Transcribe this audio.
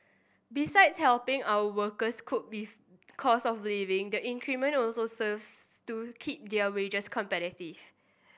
besides helping our workers cope with cost of living the increment also serves to keep their wages competitive